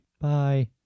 Bye